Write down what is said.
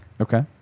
Okay